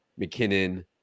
McKinnon